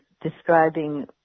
describing